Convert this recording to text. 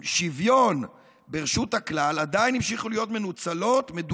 שוויון ברשות הכלל עדיין המשיכו להיות מדוכאות